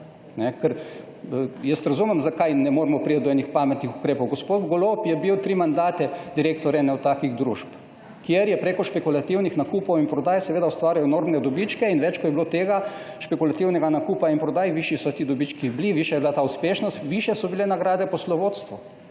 Jaz razumem, zakaj ne moremo priti do nekih pametnih ukrepov. Gospod Golob je bil tri mandate direktor ene takih družb, kjer je preko špekulativnih nakupov in prodaj ustvarjal enormne dobičke. Več kot je bilo tega špekulativnega nakupa in prodaj, višji so bili ti dobički, višja je bila ta uspešnost, višje so bile nagrade poslovodstvu.